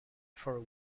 for